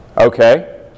Okay